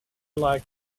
like